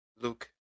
Luke